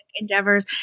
endeavors